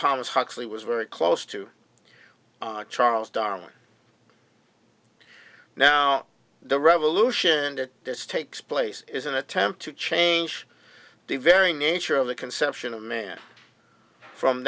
thomas huxley was very close to the charles darwin now the revolution that this takes place is an attempt to change the very nature of the conception of man from